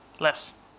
less